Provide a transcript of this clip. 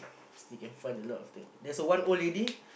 still can find a lot of thing there's a one old lady